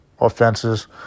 offenses